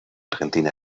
argentina